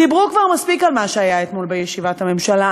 דיברו כבר מספיק על מה שהיה אתמול בישיבת הממשלה.